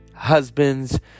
Husbands